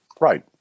Right